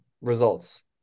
results